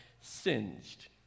singed